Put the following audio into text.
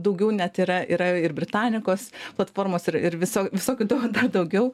daugiau net yra yra ir britanikos platformos ir ir viso visokių da dar daugiau